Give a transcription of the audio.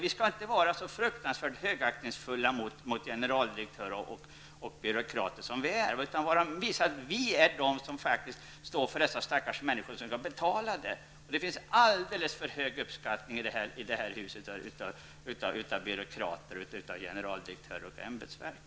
Vi skall inte känna så fruktansvärt stor högaktning inför generaldirektörer och byråkrater. Vi skall visa att vi representerar de stackars människor som betalar. I det här huset visas alldeles för stor uppskattning när det gäller byråkrater, generaldirektörer och ämbetsverk.